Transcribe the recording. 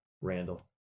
Randall